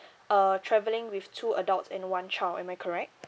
uh travelling with two adults and one child am I correct